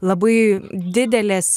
labai didelės